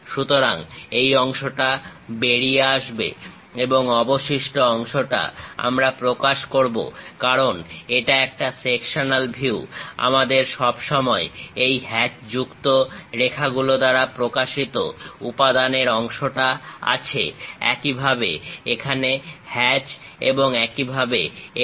সুতরাং এই অংশটা বেরিয়ে আসবে এবং অবশিষ্ট অংশটা আমরা প্রকাশ করবো কারণ এটা একটা সেকশনাল ভিউ আমাদের সব সময় এই হ্যাচযুক্ত রেখাগুলো দ্বারা প্রকাশিত উপাদানের অংশটা আছে একইভাবে এখানে হ্যাচ এবং একইভাবে এটা